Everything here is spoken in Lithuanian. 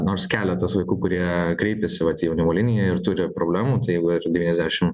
nors keletas vaikų kurie kreipėsi vat į jaunimo liniją ir turi problemų tai va ir devyniasdešim